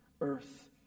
earth